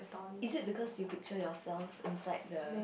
is it because you picture yourself inside the